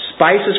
Spices